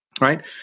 Right